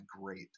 great